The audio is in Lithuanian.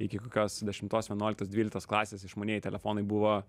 iki kokios dešimtos vienuoliktos dvyliktos klasės išmanieji telefonai buvo